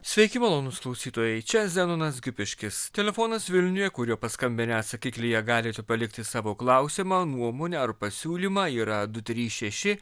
sveiki malonūs klausytojai čia zenonas gipiškis telefonas vilniuje kuriuo paskambinę atsakiklyje galite palikti savo klausimą nuomonę ar pasiūlymą yra du trys šeši